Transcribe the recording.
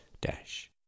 dash